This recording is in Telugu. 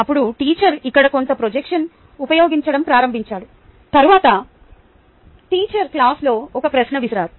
అప్పుడు టీచర్ ఇక్కడ కొంత ప్రొజెక్షన్ ఉపయోగించడం ప్రారంభించారు తరువాత టీచర్ క్లాస్లో ఒక ప్రశ్న విసిరారు